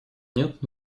нет